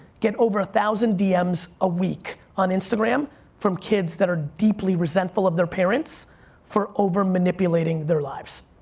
get over a thousand dms a week on instagram from kids that are deeply resentful of their parents for over-manipulating their lives.